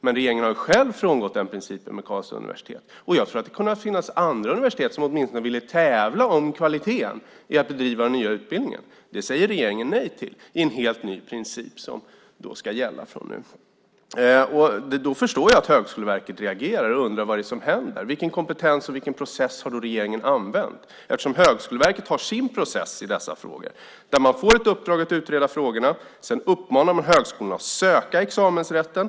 Men regeringen har själv frångått den principen med Karlstads universitet. Jag tror att det kommer att finnas andra universitet som åtminstone ville tävla om kvaliteten i den nya utbildningen. Det säger regeringen nej till genom en helt ny princip som ska gälla från och med nu. Då förstår jag att Högskoleverket reagerar och undrar vad det är som händer. Vilken kompetens och vilken process har regeringen använt, eftersom Högskoleverket har sin process i dessa frågor? Man får ett uppdrag att utreda frågorna. Sedan uppmanar man högskolorna att söka examensrätten.